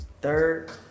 Third